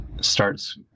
starts